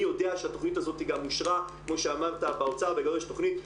אני יודע שהתכנית הזאת גם אושרה כמו שאמרת באוצר ודורש תכנית,